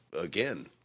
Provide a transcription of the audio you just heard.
again